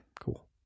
cool